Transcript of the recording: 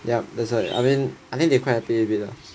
yup that's why I mean I think they quite happy already lah